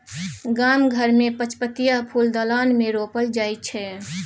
गाम घर मे पचपतिया फुल दलान मे रोपल जाइ छै